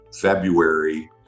February